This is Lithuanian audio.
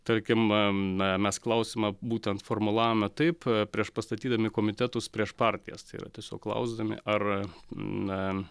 tarkim am na mes klausimą būtent formulavome taip prieš pastatydami komitetus prieš partijas tai yra tiesiog klausdami ar na